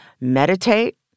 meditate